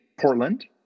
Portland